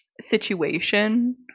situation